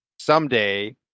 Someday